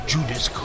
Judas